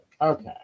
Okay